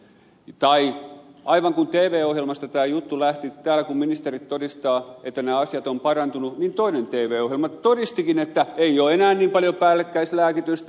tai kun tv ohjelmasta tämä juttu lähti ja täällä ministerit todistavat että nämä asiat ovat parantuneet niin toinen tv ohjelma todistikin että ei ole enää niin paljon päällekkäislääkitystä